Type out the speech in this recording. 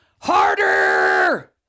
harder